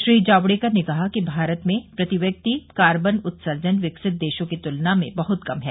श्री जावड़ेकर ने कहा कि भारत में प्रति व्यक्ति कार्बन उत्सर्जन विकसित देशों की तुलना में बहुत कम है